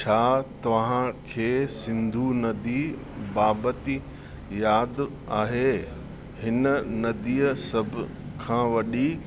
छा तव्हांखे सिंधू नदी बाबति यादि आहे हिन नदीअ सभ खां वॾी